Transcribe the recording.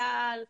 צה"ל,